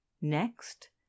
Next